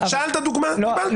שאלת דוגמה קיבלת.